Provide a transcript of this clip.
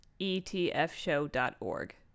etfshow.org